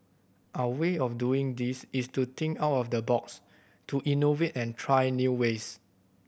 our way of doing this is to think out of the box to innovate and try new ways